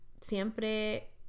siempre